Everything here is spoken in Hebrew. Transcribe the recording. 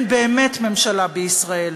ואין באמת ממשלה בישראל.